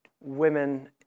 women